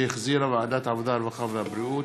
שהחזירה ועדת העבודה, הרווחה והבריאות.